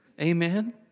Amen